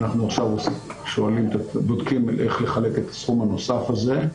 אנחנו עכשיו בודקים איך לחלק את הסכום הנוסף הזה.